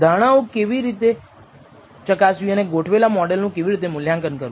ધારણાઓ કેવી રીતે ચકાસવી અને ગોઠવાયેલા મોડલનું કેવી રીતે મૂલ્યાંકન કરવું